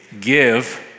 give